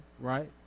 right